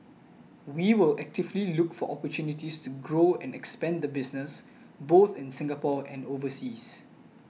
we will actively look for opportunities to grow and expand the business both in Singapore and overseas